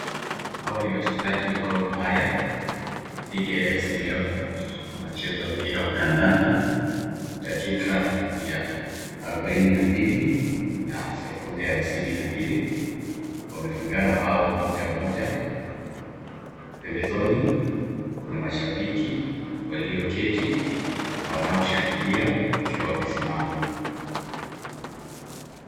Hawa ni wachezaji wa Gor mahia dhidi ya Afc leopards wanacheza Mpira wa kandanda, dakika ni ya arobaini na mbili na sekunde hamsini na mbili, wamefungana bao Moja Moja, pembezoni kuja mashabiki walioketi na wanaoshangilia wakiwa wamesimama.